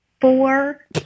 four